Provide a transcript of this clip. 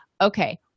okay